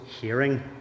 hearing